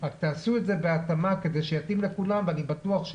רק תעשו את זה בהתאמה כדי שיתאים לכולם ואני בטוח,